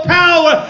power